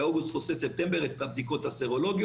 ואוגוסט עד סוף ספטמבר את הבדיקות הסרולוגיות.